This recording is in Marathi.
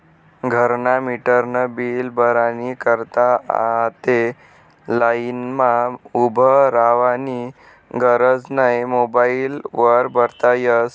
घरना मीटरनं बील भरानी करता आते लाईनमा उभं रावानी गरज नै मोबाईल वर भरता यस